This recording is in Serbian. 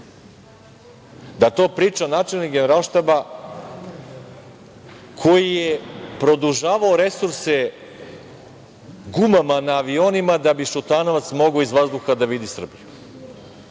Da to priča načelnik Generalštaba koji je produžavao resurse gumama na avionima da bi Šutanovac mogao iz vazduha da vidi Srbiju.